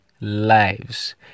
lives